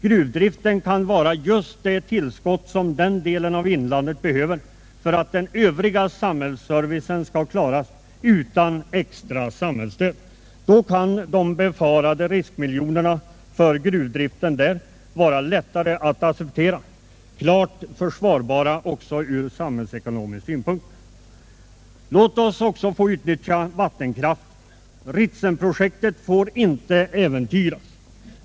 Gruvdriften kan vara just det tillskott som den delen av inlandet behöver för att den övriga samhällsservicen skall klaras utan extra samhällsstöd. Då kan de befarade riskmiljonerna för gruvdriften bli lättare att acceptera — klart försvarbara också från samhällsekonomisk synpunkt. Låt oss utnyttja vattenkraften. Ritsemprojektet får inte äventyras!